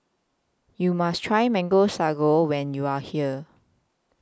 YOU must Try Mango Sago when YOU Are here